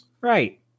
right